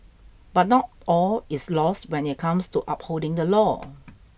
but not all is lost when it comes to upholding the law